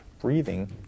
breathing